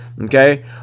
okay